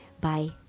Bye